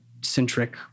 centric